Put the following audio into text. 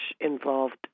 involved